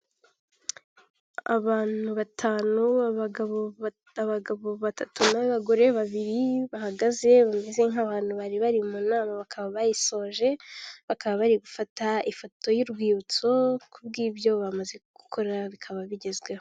Abantu batanu abagabo batatu n'abagore babiri; bahagaze bameze nk'abantu bari bari mu nama bakaba bayisoje, bakaba bari gufata ifoto y'urwibutso; ku bw'ibyo bamaze gukora bikaba bigezweho.